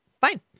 fine